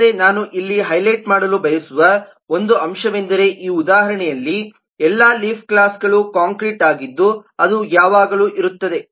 ಆದರೆ ನಾನು ಇಲ್ಲಿ ಹೈಲೈಟ್ ಮಾಡಲು ಬಯಸುವ ಒಂದು ಅಂಶವೆಂದರೆ ಈ ಉದಾಹರಣೆಯಲ್ಲಿ ಎಲ್ಲಾ ಲೀಫ್ ಕ್ಲಾಸ್ಗಳು ಕಾಂಕ್ರೀಟ್ ಆಗಿದ್ದು ಅದು ಯಾವಾಗಲೂ ಇರುತ್ತದೆ